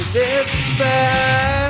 despair